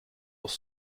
auch